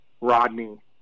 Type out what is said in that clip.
Rodney